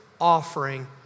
offering